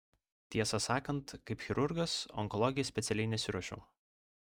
tiesą sakant kaip chirurgas onkologijai specialiai nesiruošiau